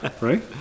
right